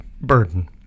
burden